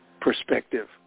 perspective